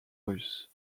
russes